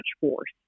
force